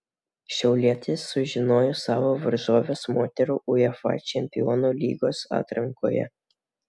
šiaulietės sužinojo savo varžoves moterų uefa čempionų lygos atrankoje